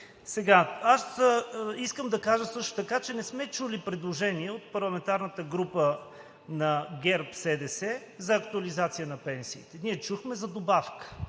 едно. Искам да кажа също така, че не сме чули предложение от парламентарната група на ГЕРБ-СДС за актуализация на пенсиите. Ние чухме за добавка,